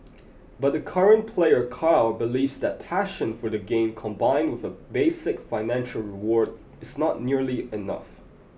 but the current player Carl believes that passion for the game combined with a basic financial reward is not nearly enough